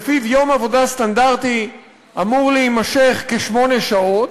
שלפיו יום עבודה סטנדרטי אמור להימשך כשמונה שעות,